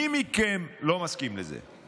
מי מכם לא מסכים לזה?